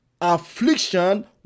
affliction